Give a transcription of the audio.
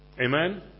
Amen